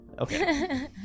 Okay